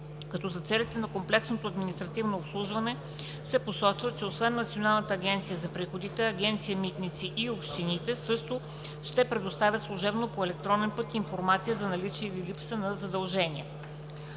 като за целите на комплексното административно обслужване се посочва, че освен Националната агенция за приходите, Агенция „Митници“ и общините също ще предоставят служебно по електронен път информация за наличие или липса на задължения.